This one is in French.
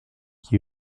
qui